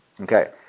Okay